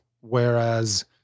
whereas